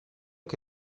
che